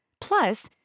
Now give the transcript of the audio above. Plus